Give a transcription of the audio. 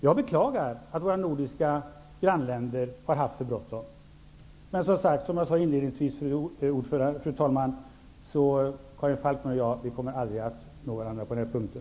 Jag beklagar att våra nordiska grannländer har haft för bråttom. Men som jag sade inledningsvis, fru talman, kommer Karin Falkmer och jag aldrig att nå varandra på den här punkten.